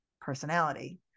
personality